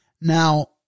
Now